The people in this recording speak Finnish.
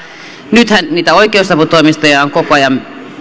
nythän niitä oikeusaputoimistoja on koko ajan